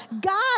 God